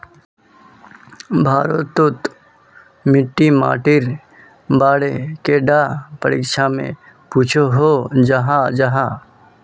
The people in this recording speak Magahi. भारत तोत मिट्टी माटिर बारे कैडा परीक्षा में पुछोहो जाहा जाहा?